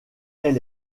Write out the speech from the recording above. elle